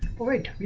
void